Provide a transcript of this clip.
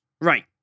Right